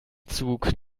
zug